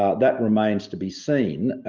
ah that remains to be seen?